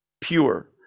pure